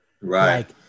Right